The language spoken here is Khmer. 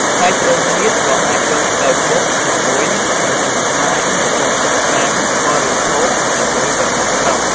ហើយត្រីងៀតក៏អាចយកទៅបុកជាមួយម្ជូរស្វាយ ម្ជូរក្រសាំង បរិភោគជាមួយបន្លែស្រស់។